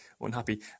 unhappy